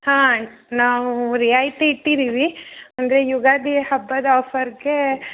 ಹಾಂ ನಾವು ರಿಯಾಯಿತಿ ಇಟ್ಟಿದ್ದೀವಿ ಅಂದರೆ ಯುಗಾದಿ ಹಬ್ಬದ ಆಫರ್ಗೆ